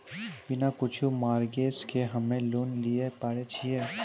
बिना कुछो मॉर्गेज के हम्मय लोन लिये पारे छियै?